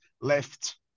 left